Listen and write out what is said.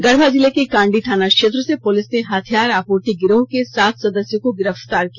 गढ़या जिले के कांडी थाना क्षेत्र से पुलिस ने हथियार आपूर्ति गिरोह के सात सदस्यों को गिरफ्तार किया